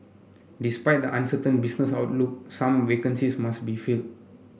despite the uncertain business outlook some vacancies must be filled